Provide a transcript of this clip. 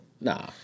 Nah